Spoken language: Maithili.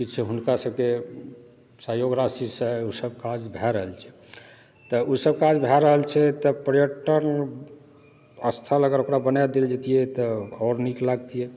किछु हुनका सबके सहयोग राशिसँ सब काज भए रहल छै तऽ ओ सब काज भए रहल छै तऽ पर्यटन स्थल अगर ओकरा बना देल जेतियै तऽ आओर नीक लागितियै